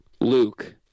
Luke